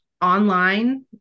online